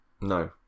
No